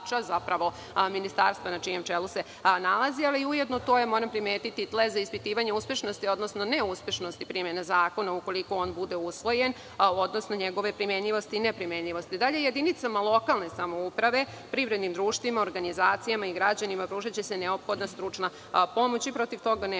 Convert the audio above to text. zapravo Ministarstva na čijem čelu se nalazi, ali ujedno moram primetiti da je to tlo za ispitivanje uspešnosti odnosno neuspešnosti primene zakona ukoliko on bude usvojen, odnosno njegove primenjivosti i neprimenjivosti. Jedinicama lokalne samouprave, privrednim društvima, organizacijama i građanima će se pružiti neophodna stručna pomoć i protiv toga nemam